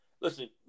Listen